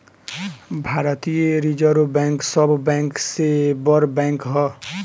भारतीय reserve bank सब bank से बड़ बैंक ह